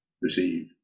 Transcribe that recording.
receive